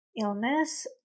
illness